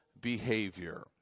behavior